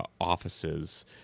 offices